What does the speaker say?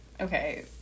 Okay